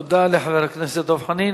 תודה לחבר הכנסת דב חנין.